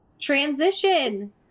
transition